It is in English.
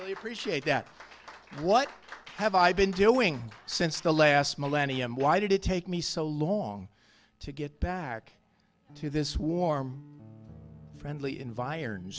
you appreciate that what have i been doing since the last millennium why did it take me so long to get back to this warm friendly environ